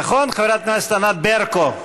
נכון, חברת הכנסת ענת ברקו?